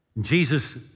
Jesus